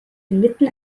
inmitten